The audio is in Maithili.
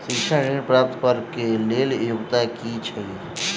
शिक्षा ऋण प्राप्त करऽ कऽ लेल योग्यता की छई?